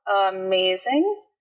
Amazing